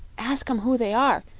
ask em who they are,